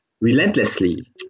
relentlessly